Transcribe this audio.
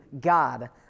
God